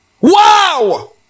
Wow